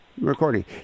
recording